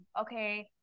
okay